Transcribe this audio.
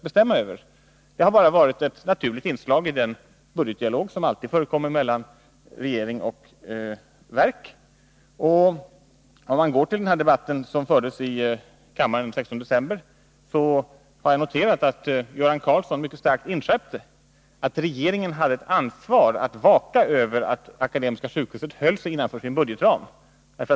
Detta har bara varit ett naturligt inslag i den budgetdialog som alltid förekommer mellan regering och verk. Jag har noterat att i den debatt som fördes i kammaren den 16 december inskärpte Göran Karlsson mycket kraftigt att regeringen hade ett ansvar att vaka över att Akademiska sjukhuset höll sig innanför sin budgetram.